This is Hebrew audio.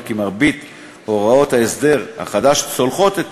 כי מרבית הוראות ההסדר החדש צולחות את